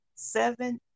Seven